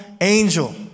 angel